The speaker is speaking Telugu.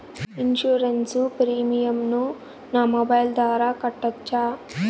ఇన్సూరెన్సు ప్రీమియం ను నా మొబైల్ ద్వారా కట్టొచ్చా?